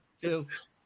Cheers